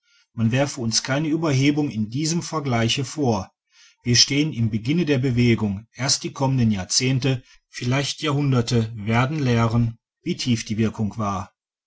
man werfe uns keine ueberhebung in diesem vergleiche vor wir stehen im beginne der bewegung erst die kommenden jahrzehnte vielleicht jahrhunderte werden lehren wie tief die wirkung war